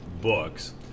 books